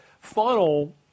funnel